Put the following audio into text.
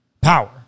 power